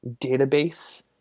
database